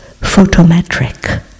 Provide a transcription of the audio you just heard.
photometric